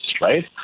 right